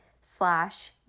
slash